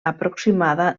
aproximada